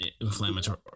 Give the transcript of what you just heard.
inflammatory